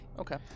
Okay